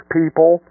people